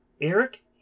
Eric